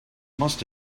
must